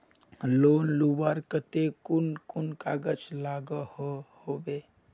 Loan लुबार केते कुन कुन कागज लागोहो होबे?